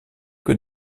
que